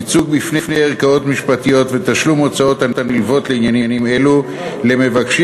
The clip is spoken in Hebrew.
ייצוג בפני ערכאות משפטיות ותשלום ההוצאות הנלוות לעניינים אלו למבקשים